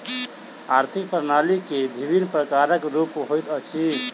आर्थिक प्रणाली के विभिन्न प्रकारक रूप होइत अछि